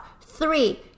Three